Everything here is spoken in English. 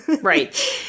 Right